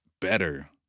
better